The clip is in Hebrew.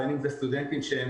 בין אם אלו סטודנטים שבסיכון,